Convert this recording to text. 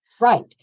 Right